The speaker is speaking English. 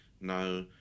Now